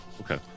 Okay